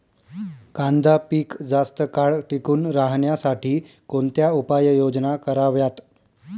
कांदा पीक जास्त काळ टिकून राहण्यासाठी कोणत्या उपाययोजना कराव्यात?